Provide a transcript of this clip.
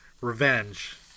revenge